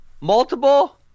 multiple